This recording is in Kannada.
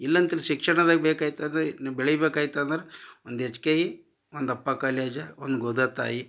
ಇಲ್ಲಂತ್ರೆ ಶಿಕ್ಷಣದಾಗ ಬೇಕಾಯಿತಂದರೆ ನೀವು ಬೆಳಿಬೇಕು ಆಯ್ತು ಅಂದ್ರ ಒಂದು ಎಚ್ ಕೆ ಇ ಒಂದಪ್ಪ ಕಾಲೇಜು ಒಂದು ಗೋದತಾಯಿ